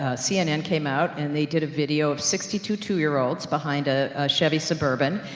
ah cnn came out and they did a video of sixty two two-year-olds behind a, a chevy suburban,